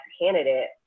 candidate